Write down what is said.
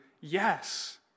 Yes